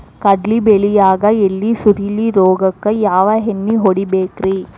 ಕಡ್ಲಿ ಬೆಳಿಯಾಗ ಎಲಿ ಸುರುಳಿ ರೋಗಕ್ಕ ಯಾವ ಎಣ್ಣಿ ಹೊಡಿಬೇಕ್ರೇ?